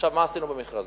מה עשינו במכרזים?